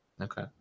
Okay